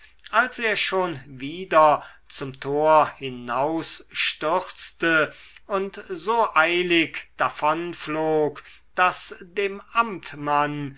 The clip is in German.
als er schon wieder zum tor hinaus stürzte und so eilig davonflog daß dem amtmann